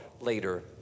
later